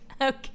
Okay